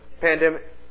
pandemic